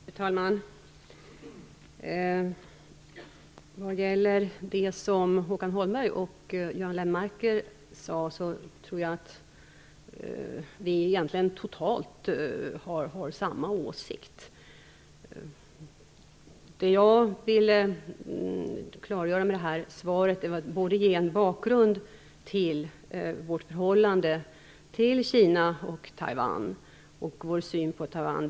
Fru talman! Vad gäller det som Håkan Holmberg och Göran Lennmarker sade tror jag att vi egentligen totalt har samma åsikt. Det som jag ville göra i mitt svar var att ge en bakgrund till vårt förhållande till Kina och Taiwan och till vår syn på Taiwan.